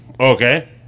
Okay